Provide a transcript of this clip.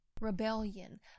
rebellion